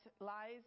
lies